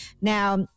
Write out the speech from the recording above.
Now